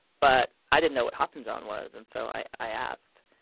but i didn't know what hoppin' john was and so i i asked,